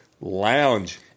Lounge